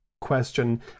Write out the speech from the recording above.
question